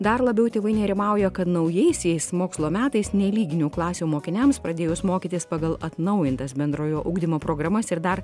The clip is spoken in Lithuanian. dar labiau tėvai nerimauja kad naujaisiais mokslo metais nelyginių klasių mokiniams pradėjus mokytis pagal atnaujintas bendrojo ugdymo programas ir dar